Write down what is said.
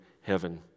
heaven